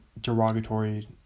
derogatory